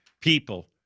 people